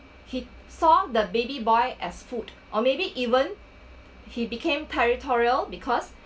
he saw the baby boy as food or maybe even he became territorial because